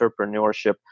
entrepreneurship